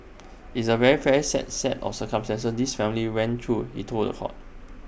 IT is A very fad sad set of circumstances this family went through he told was hot